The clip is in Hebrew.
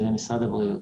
למשרד הבריאות.